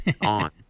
on